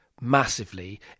massively